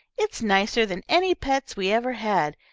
it's nicer than any pets we ever had,